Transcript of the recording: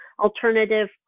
alternative